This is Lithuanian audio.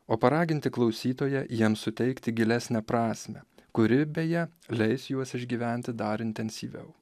o paraginti klausytoją jiems suteikti gilesnę prasmę kuri beje leis juos išgyventi dar intensyviau